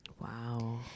Wow